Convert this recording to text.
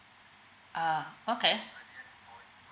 uh okay